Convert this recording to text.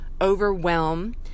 overwhelm